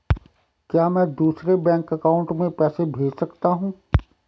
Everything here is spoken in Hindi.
क्या मैं दूसरे बैंक अकाउंट में पैसे भेज सकता हूँ?